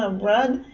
um rud,